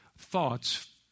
Thoughts